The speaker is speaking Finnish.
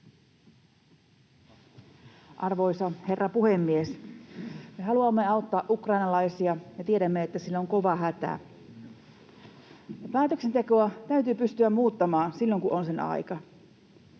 Arvoisa herra puhemies! Me haluamme auttaa ukrainalaisia ja tiedämme, että siellä on kova hätä. Päätöksentekoa täytyy pystyä muuttamaan silloin, kun on sen aika.